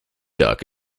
duck